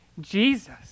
Jesus